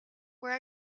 were